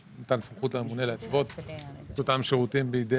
מתן זכות לממונה להתוות את אותם שירותים.